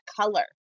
color